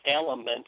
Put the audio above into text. element